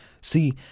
See